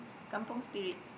kampung Spirit